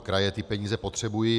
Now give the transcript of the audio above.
Kraje ty peníze potřebují.